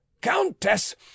countess